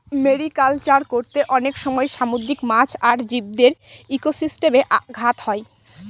mariculture করতে অনেক সময় সামুদ্রিক মাছ আর জীবদের ইকোসিস্টেমে ঘাত হয়